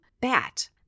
bat